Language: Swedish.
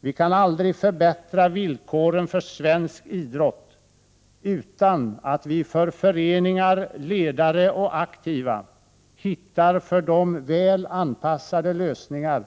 Vi kan aldrig förbättra villkoren för svensk idrott utan att vi för föreningar, ledare och aktiva hittar för dem väl anpassade lösningar